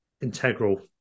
integral